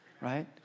right